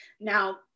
Now